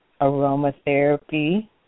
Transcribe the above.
Aromatherapy